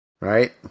right